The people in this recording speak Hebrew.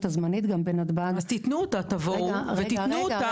הזמנית בנתב"ג --- אז תבואו ותיתנו אותה.